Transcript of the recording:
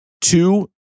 Two